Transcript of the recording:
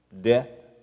Death